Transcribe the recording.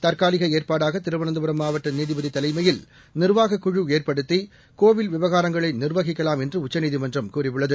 தற்காலிக ஏற்பாடாக திருவனந்தபுரம் மாவட்ட நீதிபதி தலைமையில் நிர்வாகக்குழு ஏற்படுத்தி கோவில் விவகாரங்களை நிர்வகிக்கலாம் என்று உச்சநீதிமன்றம் கூறியுள்ளது